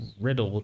riddled